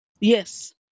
yes